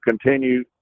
continue